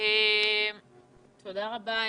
תודה רבה,